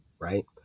Right